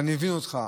ואני מבין אותך.